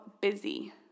busy